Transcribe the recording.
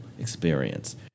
experience